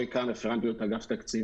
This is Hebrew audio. שמי רועי קאהן, רפרנט בריאות, אגף התקציבים.